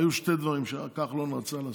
והיו שני דברים שכחלון רצה לעשות: